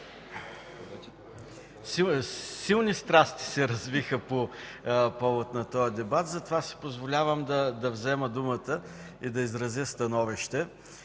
силни страсти се развиха по повод на този дебат, затова си позволявам да взема думата и да изразя становище.